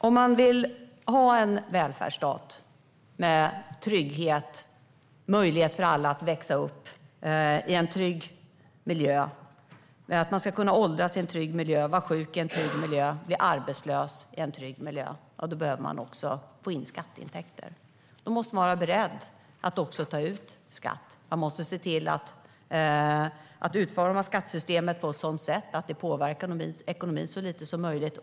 Om man vill ha en välfärdsstat med trygghet, med möjlighet för alla att växa upp i en trygg miljö, där man ska få åldras i en trygg miljö, vara sjuk i en trygg miljö, bli arbetslös i en trygg miljö, då behöver man få in skatteintäkter. Då måste man vara beredd att också ta ut skatt. Man måste se till att utforma skattesystemet på ett sådant sätt att det påverkar ekonomin så lite som möjligt.